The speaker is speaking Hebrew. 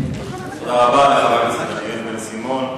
תודה רבה לחבר הכנסת דניאל בן-סימון.